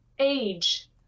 age